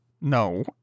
no